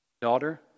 Daughter